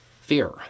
Fear